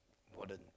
modern